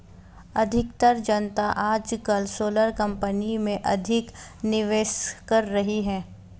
अधिकतर जनता आजकल सोलर कंपनी में अधिक निवेश कर रही है